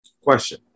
Question